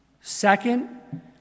Second